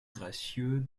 gracieux